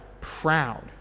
proud